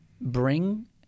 bring